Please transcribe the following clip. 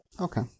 okay